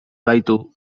baitu